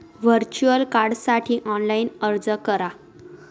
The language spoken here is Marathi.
व्हर्च्युअल कार्डसाठी ऑनलाइन अर्ज करा